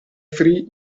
free